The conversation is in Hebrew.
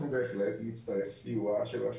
אני אשמח לעבור למורן חדד